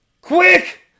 quick